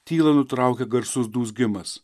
tylą nutraukia garsus dūzgimas